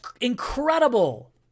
incredible